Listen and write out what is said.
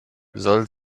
soll